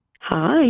Hi